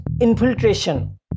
infiltration